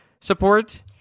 support